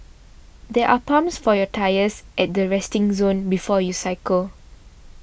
there are pumps for your tyres at the resting zone before you cycle